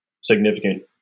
significant